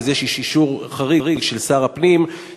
אז יש אישור חריג של שר הפנים,